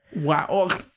Wow